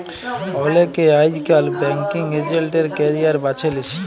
অলেকে আইজকাল banking agent এর ক্যারিয়ার বাছে লিছে